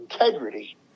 integrity